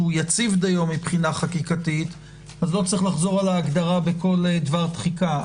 שהוא יציב דיו מבחינה חקיקתית - לא צריך לחזור על ההגדרה בכל דבר דחיקה,